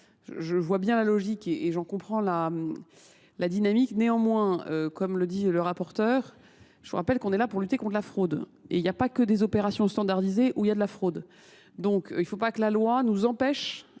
Je vois bien la logique et j'en comprends la dynamique. Néanmoins comme le dit le rapporteur, je rappelle qu'on est là pour lutter contre la fraude et il n'y a pas que des opérations standardisées où il y a de la fraude. Donc il ne faut pas que la loi nous empêche,